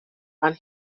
and